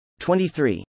23